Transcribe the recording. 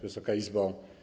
Wysoka Izbo!